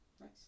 Nice